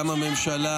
גם הממשלה